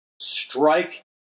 strike